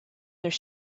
their